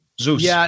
Zeus